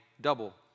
double